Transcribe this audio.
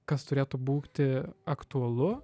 kas turėtų būkti aktualu